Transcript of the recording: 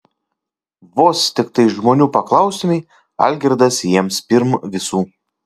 vos tiktai žmonių paklaustumei algirdas jiems pirm visų